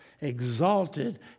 exalted